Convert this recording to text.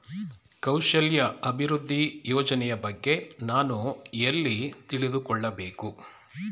ಕೌಶಲ್ಯ ಅಭಿವೃದ್ಧಿ ಯೋಜನೆಯ ಬಗ್ಗೆ ನಾನು ಎಲ್ಲಿ ತಿಳಿದುಕೊಳ್ಳಬೇಕು?